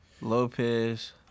Lopez